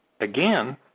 again